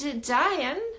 Diane